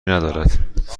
ندارید